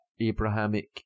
Abrahamic